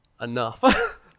enough